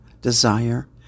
desire